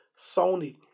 Sony